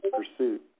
pursuit